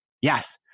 yes